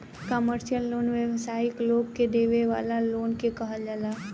commercial loan व्यावसायिक लोग के देवे वाला लोन के कहल जाला